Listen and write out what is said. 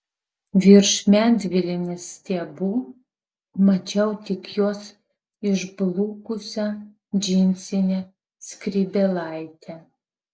virš medvilnės stiebų mačiau tik jos išblukusią džinsinę skrybėlaitę